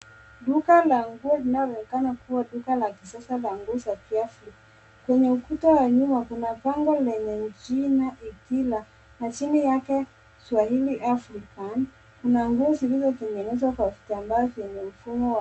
Duka la nguo linaloonekana kuwa duka la kisasa la nguo za kiasili. Kwenye ukuta wa nyuma kuna bango lenye jina Ithira na chini yake swahili african . Kuna nguo zilizotengenezwa kwa vitambaa vyenye mfumo wa